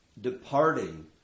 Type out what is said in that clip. departing